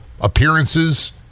appearances